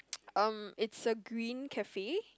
um it's a green cafe